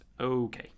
Okay